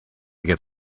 get